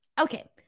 Okay